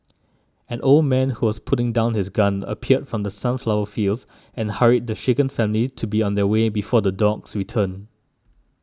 an old man who was putting down his gun appeared from the sunflower fields and hurried the shaken family to be on their way before the dogs return